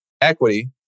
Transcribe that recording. equity